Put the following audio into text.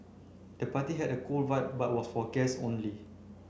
the party had a cool vibe but was for guess only